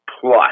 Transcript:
Plus